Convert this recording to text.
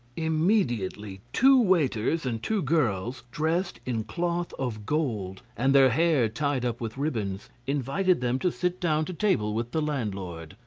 immediately two waiters and two girls, dressed in cloth of gold, and their hair tied up with ribbons, invited them to sit down to table with the landlord.